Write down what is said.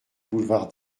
boulevard